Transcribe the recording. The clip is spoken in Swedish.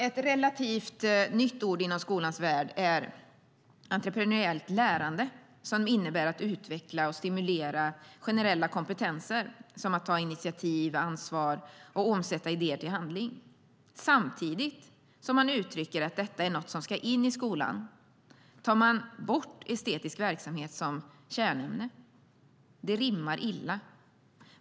Ett relativt nytt begrepp inom skolans värld är "entreprenöriellt lärande", som innebär att utveckla och stimulera generella kompetenser som att ta initiativ och ansvar och omsätta idéer i handling. Samtidigt som man uttrycker att detta är något som ska in i skolan tar man bort estetisk verksamhet som kärnämne. Det rimmar illa.